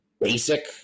basic